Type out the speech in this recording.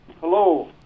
hello